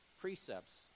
precepts